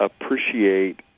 appreciate